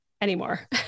anymore